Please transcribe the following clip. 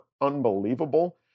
unbelievable